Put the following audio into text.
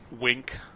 Wink